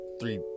three